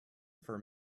for